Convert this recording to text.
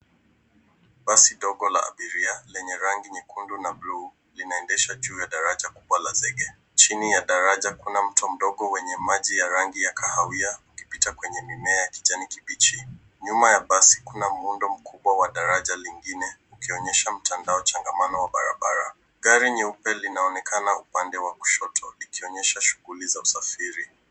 Basi ndogo la abiria lenye rangi nyekundu na bluu linaendeshwa juu ya daraja kubwa la zege. Chini ya daraja kuna mto mdogo wenye maji ya rangi ya kahawai ikipita kwenye mimea ya kijani kibichi. Nyuma ya basi kuna mundo mkubwa wa daraja lingine likionyesha mtandao changamano wa barabara. Gari nyeupe linaonekana upande wa kushoto likionyesha shughuli za usafiri.